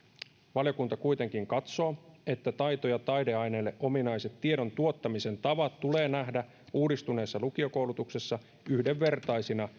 valiokunta kuitenkin katsoo että taito ja taideaineille ominaiset tiedon tuottamisen tavat tulee nähdä uudistuneessa lukiokoulutuksessa yhdenvertaisina